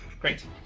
great